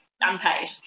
unpaid